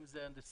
אם זה הנדסאים,